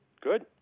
Good